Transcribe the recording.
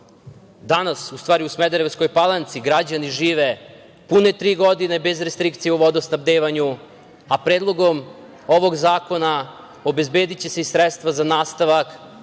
danas u Smederevskoj Palanci građani žive pune tri godine bez restrikcija u vodosnabdevanju, a predlogom ovog zakona obezbediće se i sredstva za nastavak